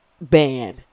ban